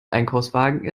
einkaufswagen